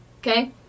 Okay